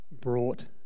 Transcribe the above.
brought